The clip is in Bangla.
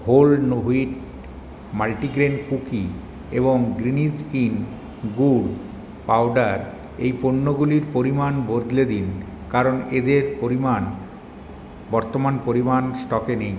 হোল হুইট মাল্টিগ্রেন কুকি এবং গ্রিনজ ইন গুড় পাউডার এই পণ্যগুলির পরিমাণ বদলে দিন কারণ এদের পরিমাণ বর্তমান পরিমাণ স্টকে নেই